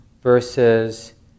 versus